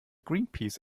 greenpeace